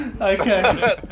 okay